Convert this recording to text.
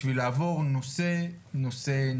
בשביל לעבור נושא נושא,